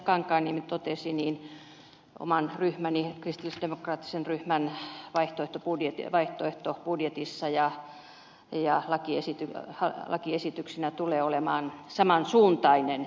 kankaanniemi totesi niin oman ryhmäni kristillisdemokraattisen ryhmämme vaihtoehtobudjettivaihtoehtobudjetissa jaava ja lakiesitys ryhmän vaihtoehtobudjetissa lakialoite tulee olemaan saman suuntainen